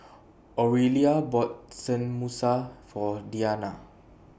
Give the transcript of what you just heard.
Orelia bought Tenmusu For Deana